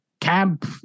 camp